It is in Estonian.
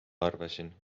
arvasin